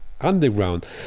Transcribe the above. underground